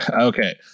Okay